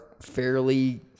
fairly